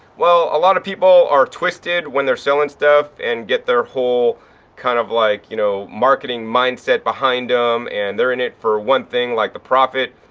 well, a lot of people are twisted when they're selling stuff and get their whole kind of like, you know, marketing mindset behind them and they're in it for one thing like the profit,